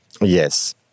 Yes